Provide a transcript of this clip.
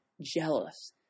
jealous